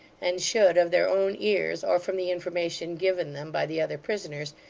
and should, of their own ears or from the information given them by the other prisoners,